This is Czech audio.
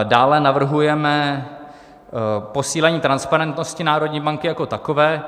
Dále navrhujeme posílení transparentnosti národní banky jako takové.